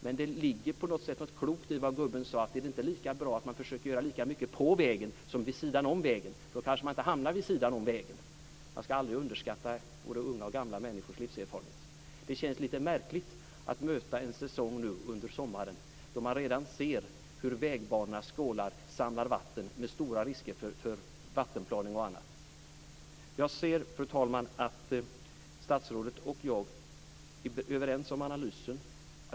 Men det ligger något klokt i det gubben sade om att är det inte lika bra att man försöker göra lika mycket på vägen som vid sidan om vägen. Då kanske man inte hamnar vid sidan av vägen. Man ska aldrig underskatta unga och gamla människors livserfarenhet. Det känns lite märkligt att nu möta en sommarsäsong där man redan ser hur vägbanornas skålar samlar vatten med stora risker för vattenplaning och annat. Fru talman! Jag ser att statsrådet och jag är överens om analysen.